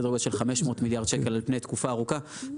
סדר גודל של 500 מיליארד שקל על פני תקופה ארוכה.